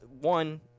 one